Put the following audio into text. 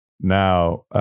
Now